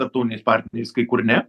tarptautiniais partneriais kai kur ne